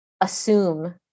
assume